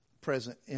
Present